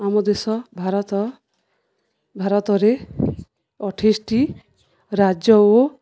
ଆମ ଦେଶ ଭାରତ ଭାରତରେ ଅଠେଇଶଟି ରାଜ୍ୟ ଓ